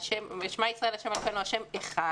"שמע ישראל ה' אלוקינו, ה' אחד",